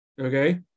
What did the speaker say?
okay